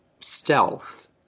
Stealth